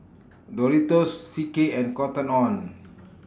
Doritos C K and Cotton on